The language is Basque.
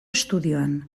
estudioan